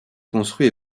construit